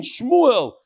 Shmuel